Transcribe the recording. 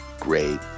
great